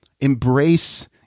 Embrace